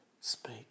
speak